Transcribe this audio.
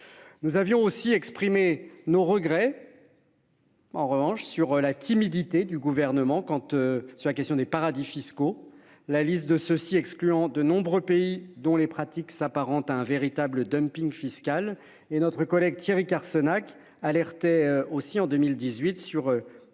Nous avions aussi exprimer nos regrets.-- En revanche sur la timidité du gouvernement quand tu. Sur la question des paradis fiscaux. La liste de ceux-ci, excluant de nombreux pays dont les pratiques s'apparente à un véritable dumping fiscal et notre collègue Thierry Carcenac alerter aussi en 2018 sur